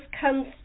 comes